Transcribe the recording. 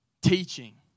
teaching